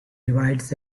divides